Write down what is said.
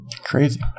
Crazy